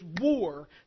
war